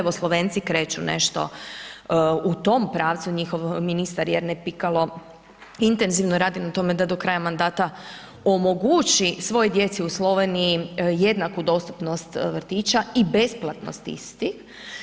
Evo Slovenci kreću nešto u tom pravcu, njihov ministar Jernej Pikalo intenzivno radi na tome da do kraja mandata omogući svoj djeci u Sloveniji jednaku dostupnost vrtića i besplatnost istih.